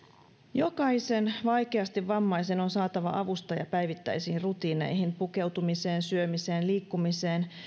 jokaisen vaikeasti vammaisen on saatava avustaja päivittäisiin rutiineihin pukeutumiseen syömiseen liikkumiseen